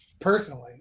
personally